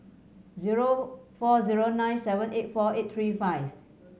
zero four zero nine seven eight four eight three five